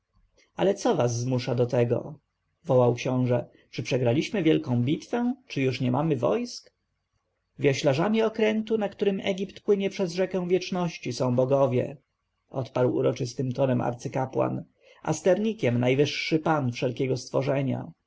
ale co was zmusza do tego wołał książę czy przegraliśmy wielką bitwę czy już nie mamy wojsk wioślarzami okrętu na którym egipt płynie przez rzekę wieczności są bogowie odparł uroczystym tonem arcykapłan a sternikiem najwyższy pan wszelkiego stworzenia